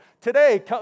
Today